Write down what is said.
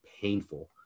painful